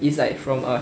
it's like from a